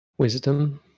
Wisdom